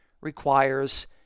requires